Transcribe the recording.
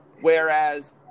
Whereas